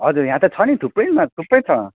हजुर यहाँ त छ नि थुप्रैमा थुप्रै छ